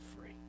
free